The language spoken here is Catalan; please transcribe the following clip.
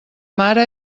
mare